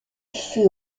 fut